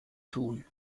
tun